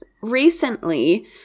recently